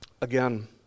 Again